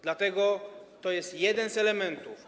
Dlatego to jest jeden z elementów.